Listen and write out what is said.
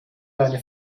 eine